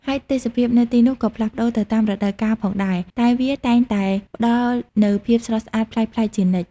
ហើយទេសភាពនៅទីនោះក៏ផ្លាស់ប្តូរទៅតាមរដូវកាលផងដែរ តែវាតែងតែផ្តល់នូវភាពស្រស់ស្អាតប្លែកៗជានិច្ច។